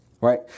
right